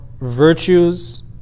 virtues